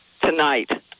tonight